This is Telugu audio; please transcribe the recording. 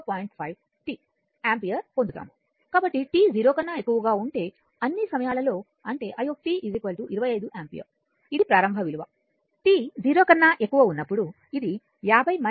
కాబట్టిt 0 కన్నా ఎక్కువగా ఉండే అన్నీ సమయాలలో అంటే i 25 యాంపియర్ ఇది ప్రారంభ విలువ t 0 కన్నా ఎక్కువగా ఉన్నప్పుడుఇది 0